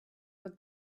were